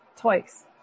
twice